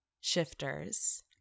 shifters